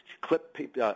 clip